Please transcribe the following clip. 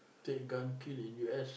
take gun kill in U_S